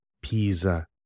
Pisa